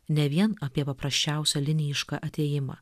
ne vien apie paprasčiausią linijišką atėjimą